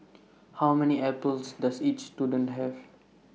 how many apples does each student have